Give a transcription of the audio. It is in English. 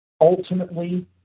Ultimately